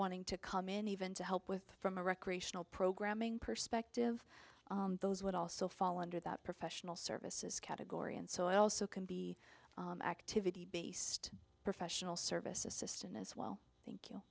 wanting to come in even to help with from a recreational programming perspective those would also fall under that professional services category and so i also can be activity based professional service assistant as well thank you